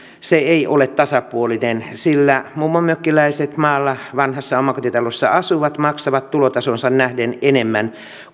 se ei ole tasapuolinen sillä mummonmökkiläiset maalla vanhassa omakotitalossa asuvat maksavat tulotasoonsa nähden enemmän